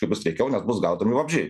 tai bus sveikiau nes bus gaudomi vabzdžiai